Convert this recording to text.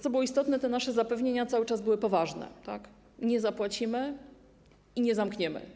Co istotne, nasze zapewnienia cały czas były poważne: nie zapłacimy i nie zamkniemy.